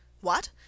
What